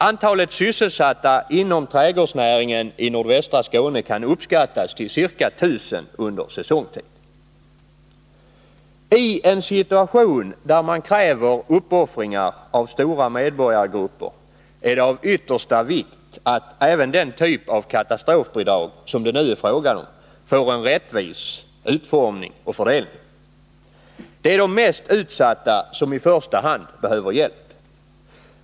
Antalet sysselsatta inom trädgårdsnäringen i nordvästra Skåne kan uppskattas till ca 1000 under säsongtid. I en situation där man kräver uppoffringar av stora medborgargrupper är det av yttersta vikt att även den typ av katastrofbidrag som det nu är fråga om får en rättvis utformning och fördelning. Det är de mest utsatta som i första hand behöver hjälp.